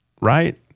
right